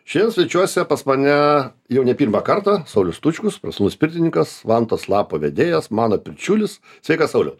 šian svečiuose pas mane jau ne pirmą kartą saulius tučkus profesionalus pirtininkas vantos lapo vedėjas mano pirčiulis sveikas sauliau